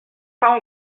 pas